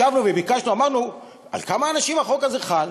ישבנו וביקשנו, אמרנו: על כמה אנשים החוק הזה חל?